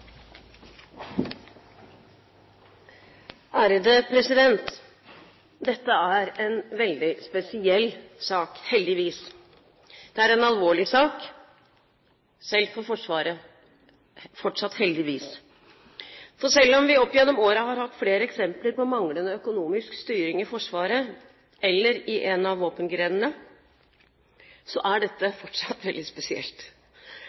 er en alvorlig sak, selv for Forsvaret – fortsatt heldigvis. For selv om vi opp gjennom årene har hatt flere eksempler på manglende økonomisk styring i Forsvaret eller i en av våpengrenene, er dette fortsatt veldig spesielt.